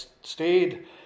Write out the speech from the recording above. stayed